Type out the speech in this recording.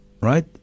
Right